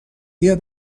بیا